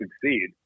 succeed